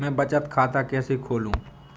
मैं बचत खाता कैसे खोलूँ?